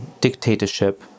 dictatorship